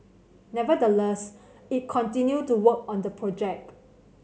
nevertheless it continued to work on the project